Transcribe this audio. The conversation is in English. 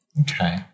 Okay